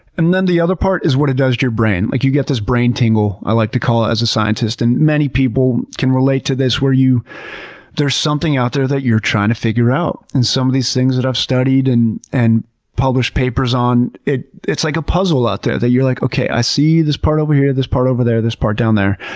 and then the other part is what it does to your brain. like you get this brain tingle, i like to call it, as a scientist and many people can relate to this where there's something out there that you're trying to figure out. in some of these things that i've studied and and published papers on, it's like a puzzle out there that you're like, okay, i see this part over here, this part over there, this part down there.